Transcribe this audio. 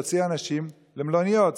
להוציא אנשים למלוניות.